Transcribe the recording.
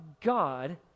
god